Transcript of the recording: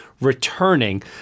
returning